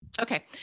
Okay